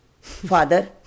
Father